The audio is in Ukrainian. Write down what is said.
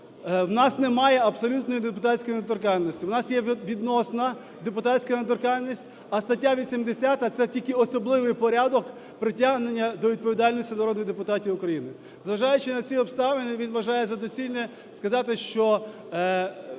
в нас немає абсолютної депутатської недоторканності, в нас є відносна депутатська недоторканність, а стаття 80 – це тільки особливий порядок притягнення до відповідальності народних депутатів України. Зважаючи на ці обставини, він вважає за доцільне сказати, що